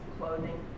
clothing